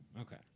Okay